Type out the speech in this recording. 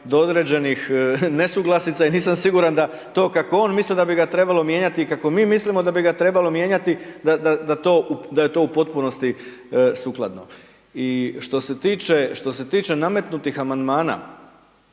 do određenih nesuglasica i nisam siguran da to kako on misli da bi ga trebalo mijenjati i kako mi mislimo da bi ga trebalo mijenjati, da to u, da je to u potpunosti sukladno. I što se tiče, što se tiče nametnutih amandmana,